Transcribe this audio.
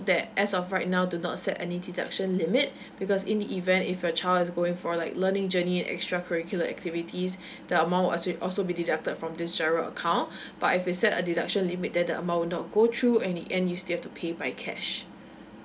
that as of right now do not set any deduction limit because in the event if your child is going for like learning journey extra curricular activities the amount will actually also be deducted from this G_I_R_O account but if it's set a deduction limit then the amount will not go through at the end you still have to pay by cash